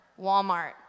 Walmart